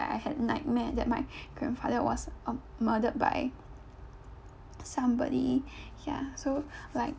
I had nightmare that my grandfather was um murdered by somebody ya so like